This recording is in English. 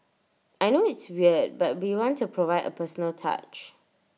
I know it's weird but we want to provide A personal touch